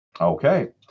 Okay